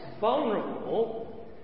vulnerable